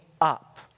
up